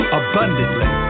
abundantly